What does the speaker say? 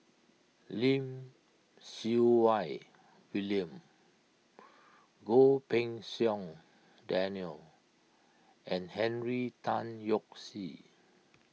Lim Siew Wai William Goh Pei Siong Daniel and Henry Tan Yoke See